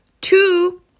two